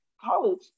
college